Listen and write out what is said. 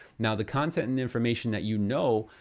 now, the content and information that you know,